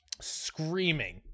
screaming